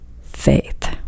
faith